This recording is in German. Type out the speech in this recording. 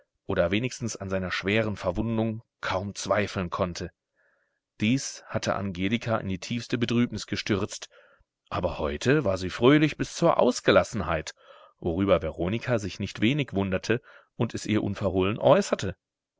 oder wenigstens an seiner schweren verwundung kaum zweifeln konnte dies hatte angelika in die tiefste betrübnis gestürzt aber heute war sie fröhlich bis zur ausgelassenheit worüber veronika sich nicht wenig wunderte und es ihr unverhohlen äußerte